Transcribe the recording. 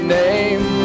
name